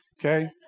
okay